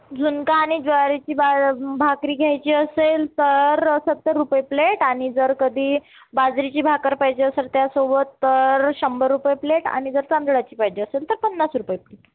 झुणका आणि ज्वारीची भा भाकरी घ्यायची असेल तर सत्तर रुपये प्लेट आणि जर कधी बाजरीची भाकरी पाहिजे असेल त्यासोबत तर शंभर रुपये प्लेट आणि जर तांदळाची पाहिजे असेल तर पन्नास रुपये प्लेट